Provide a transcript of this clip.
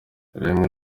rimwe